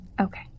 Okay